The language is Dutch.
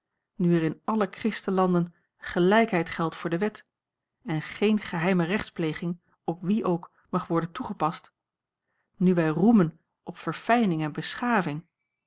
nu er in alle christenlanden gelijkheid geldt voor de wet en geen geheime rechtspleging op wie ook mag worden toegepast nu wij roemen op verfijning en beschaving